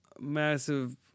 Massive